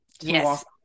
Yes